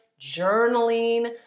journaling